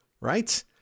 right